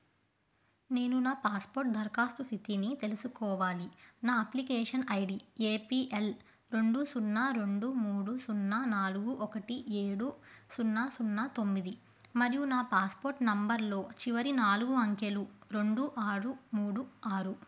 నేను నా పాస్పోర్ట్ దరఖాస్తు స్థితిని తెలుసుకోవాలి నా application I D A P L రెండు సున్నా రెండు మూడు సున్నా నాలుగు ఒకటి ఏడు సున్నా సున్నా తొమ్మిది మరియు నా పాస్పోర్ట్ నెంబర్లో చివరి నాలుగు అంకెలు రెండు ఆరు మూడు ఆరు